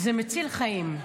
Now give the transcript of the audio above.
זה מציל חיים.